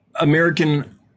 American